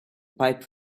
pipe